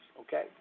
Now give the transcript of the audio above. okay